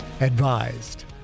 advised